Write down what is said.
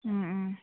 ꯎꯝ ꯎꯝ